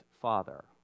Father